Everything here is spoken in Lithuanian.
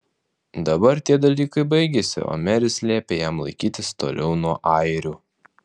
dabar tie dalykai baigėsi o meris liepė jam laikytis toliau nuo airių